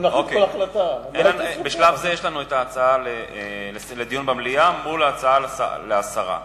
בשלב זה יש לנו הצעה לדיון במליאה מול הצעה להסרה.